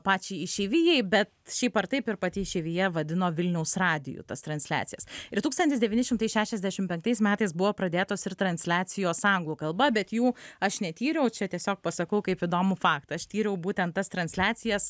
pačiai išeivijai bet šiaip ar taip ir pati išeivija vadino vilniaus radiju tas transliacijas ir tūkstantis devyni šimtai šešiasdešim penktais metais buvo pradėtos ir transliacijos anglų kalba bet jų aš netyriau čia tiesiog pasakau kaip įdomų faktą aš tyriau būtent tas transliacijas